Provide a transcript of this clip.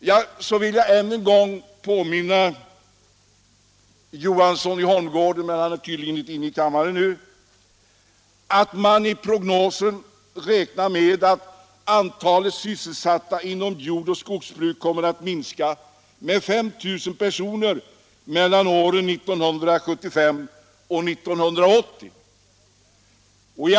Jag vill än en gång påminna om — jag vänder mig särskilt till herr Johansson i Holmgården, men han är tydligen inte inne i kammaren nu — att man i prognosen räknar med att antalet sysselsatta inom jord och skogsbruk kommer att minska med 5 000 personer under åren 1975-1980.